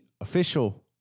official